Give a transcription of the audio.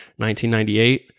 1998